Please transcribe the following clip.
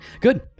Good